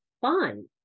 fun